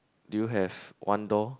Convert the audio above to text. do you have one door